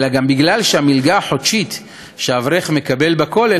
אלא גם בגלל שהמלגה החודשית שהאברך מקבל בכולל,